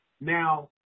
Now